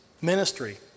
ministry